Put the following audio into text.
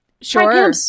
Sure